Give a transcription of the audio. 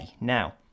Now